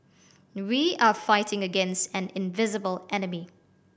we are fighting against an invisible enemy